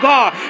God